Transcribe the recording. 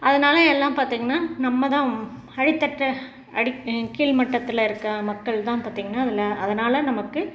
அதனால் எல்லாம் பார்த்திங்கன்னா நம்ம தான் அடித்தட்டு அடி கீழ்மட்டத்தில் இருக்கற மக்கள் தான் இப்போ பார்த்திங்கன்னா அதில் அதனால் நமக்கு